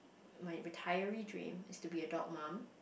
my retiree dream is to be a dog mum